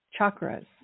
chakras